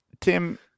Tim